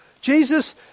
Jesus